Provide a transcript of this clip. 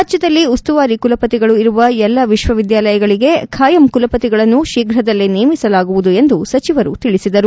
ರಾಜ್ಯದಲ್ಲಿ ಉಸ್ತುವಾರಿ ಕುಲಪತಿಗಳು ಇರುವ ಎಲ್ಲಾ ವಿಕ್ವವಿದ್ಯಾಲಯಗಳಿಗೆ ಖಾಯಂ ಕುಲಪತಿಗಳನ್ನು ಶೀಘ್ರದಲ್ಲೇ ನೇಮಿಸಲಾಗುವುದು ಎಂದು ಸಚಿವರು ತಿಳಿಸಿದರು